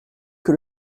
que